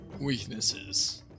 weaknesses